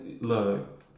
look